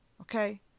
Okay